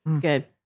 good